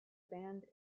band